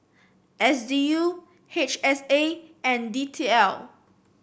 S D U H S A and D T L